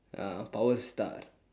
uh power star